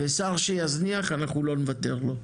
ושר שיזניח אנחנו לא נוותר לו.